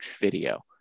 video